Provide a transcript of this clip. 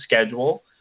schedule